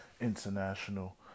International